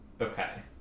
Okay